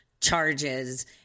charges